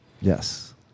Yes